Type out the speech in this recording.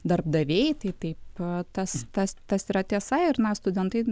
darbdaviai tai taip tas tas tas yra tiesa ir na studentai